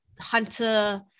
hunter